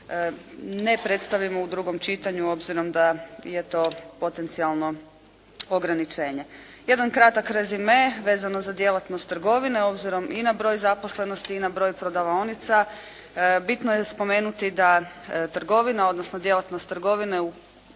ne predstavimo u drugom čitanju obzirom da je to potencijalno ograničenje. Jedan kratak rezime vezano za djelatnost trgovine obzirom i na broj zaposlenosti i na broj prodavaonica, bitno je spomenuti da trgovina, odnosno djelatnost trgovine u